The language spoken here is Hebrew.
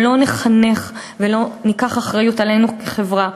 אם לא נחנך ולא ניקח אחריות עלינו כחברה,